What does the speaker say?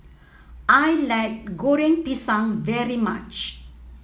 I like Goreng Pisang very much